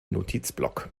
notizblock